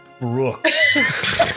Brooks